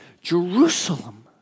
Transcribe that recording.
Jerusalem